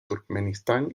turkmenistán